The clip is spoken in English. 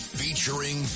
featuring